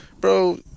Bro